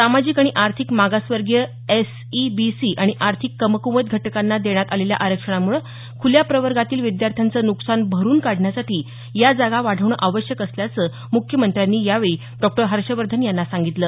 सामाजिक आणि आर्थिक मागासवर्गीय एसईबीसी आणि आर्थिक कमक्वत घटकांना देण्यात आलेल्या आरक्षणामुळे खुल्या प्रवर्गातील विद्यार्थ्यांचे नुकसान भरून काढण्यासाठी या जागा वाढवणं आवश्यक असल्याचं मुख्यमंत्र्यांनी यावेळी डॉक्टर हर्षवर्धन यांना सांगितलं